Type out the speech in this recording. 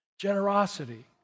Generosity